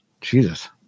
Jesus